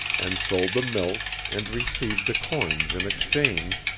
and sold the milk and received the coins in exchange,